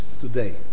today